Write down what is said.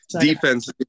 defense